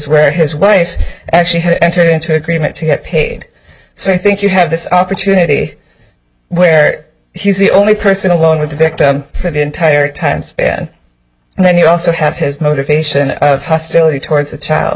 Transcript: where his wife actually had entered into an agreement to get paid so i think you have this opportunity where he's the only person alone with the victim for the entire time span and then you also have his motivation of hostility towards the